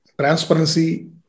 transparency